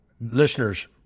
listeners